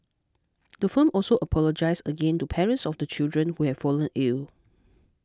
the firm also apologised again to parents of the children who have fallen ill